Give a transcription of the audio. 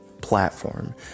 platform